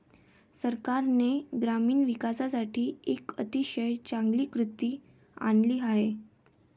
सरकारने ग्रामीण विकासासाठी एक अतिशय चांगली कृती आणली आहे